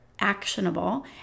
actionable